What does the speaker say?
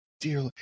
dear